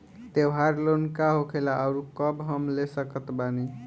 त्योहार लोन का होखेला आउर कब हम ले सकत बानी?